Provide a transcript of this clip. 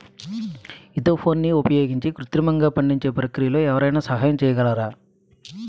ఈథెఫోన్ని ఉపయోగించి కృత్రిమంగా పండించే ప్రక్రియలో ఎవరైనా సహాయం చేయగలరా?